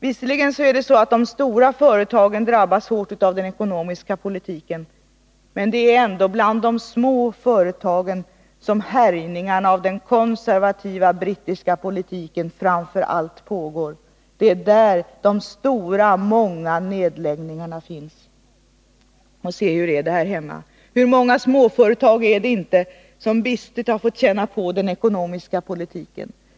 Visserligen drabbas de stora företagen av den ekonomiska politiken, men det är ändå bland de små företagen som härjningarna av den konservativa brittiska politiken framför allt pågår. Det är där de många stora nedläggningarna förekommer. Och se hur det är här hemma! Hur många småföretag är det inte som bistert har fått känna på den ekonomiska politiken!